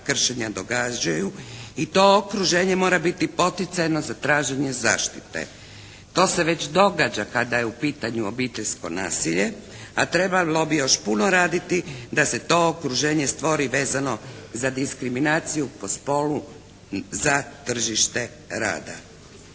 kršenja događaju i to okruženje mora biti poticajno za traženje zaštite. To se već događa kada je u pitanju obiteljsko nasilje, a trebalo bi još puno raditi da se to okruženje stvori vezano za diskriminaciju po spolu za tržište rada.